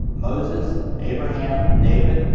moses, abraham, david,